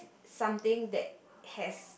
something that has